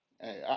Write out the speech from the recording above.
Hey